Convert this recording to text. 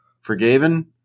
forgiven